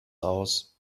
aus